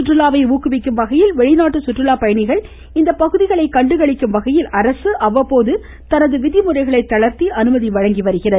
சுற்றுலாவை ஊக்குவிக்கும் வகையில் வெளிநாட்டு சுற்றுலா பயணிகள் இப்பகுதிகளை கண்டுகளிக்கும் வகையில் அரசு அவ்வப்போது தனது விதிமுறைகளை தளர்த்தி அனுமதி வழங்கி வருகிறது